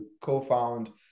co-found